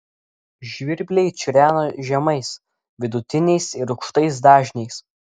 žvirbliai čirena žemais vidutiniais ir aukštais dažniais